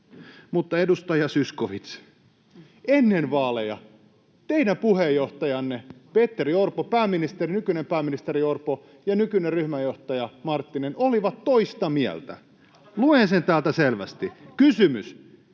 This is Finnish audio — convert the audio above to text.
edustaja Zyskowicz, ennen vaaleja teidän puheenjohtajanne Petteri Orpo — nykyinen pääministeri Orpo — ja nykyinen ryhmänjohtaja Marttinen olivat toista mieltä. [Välihuutoja perussuomalaisten